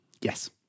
Yes